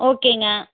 ஓக்கேங்க